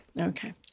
Okay